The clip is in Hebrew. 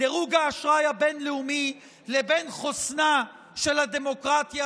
דירוג האשראי הבין-לאומי לבין חוסנה של הדמוקרטיה,